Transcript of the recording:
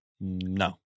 No